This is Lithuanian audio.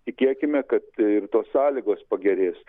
tikėkime kad ir tos sąlygos pagerės